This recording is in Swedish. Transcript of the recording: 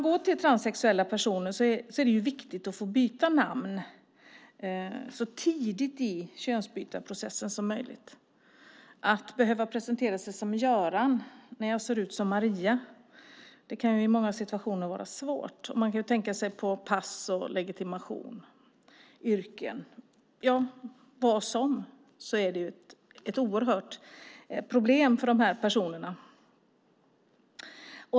För transsexuella personer är det viktigt att få byta namn så tidigt i könsbytesprocessen som möjligt. Att behöva presentera sig som Göran om man ser ut som Maria kan i många situationer vara svårt. Man kan tänka sig sådana sammanhang som pass, legitimation, yrke, vad som helst. Det är ett stort problem för de här personerna.